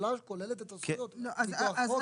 הטבלה כוללת את הזכויות מכוח החוק.